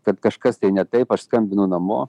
kad kažkas tai ne taip aš skambinu namo